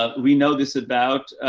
ah we know this about,